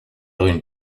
une